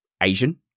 Asian